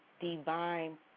divine